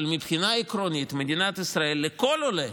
אבל מבחינה עקרונית מדינת ישראל אומרת לכל עולה